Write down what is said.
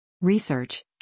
Research